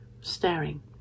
staring